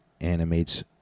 animates